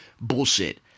Bullshit